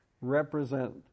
represent